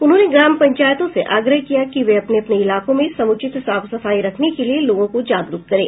उन्होंने ग्राम पंचायतों से आग्रह किया कि वे अपने अपने इलाकों में समुचित साफ सफाई रखने के लिए लोगों को जागरूक करें